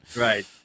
right